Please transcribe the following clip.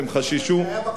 הם חששו, אבל זה היה בקיץ.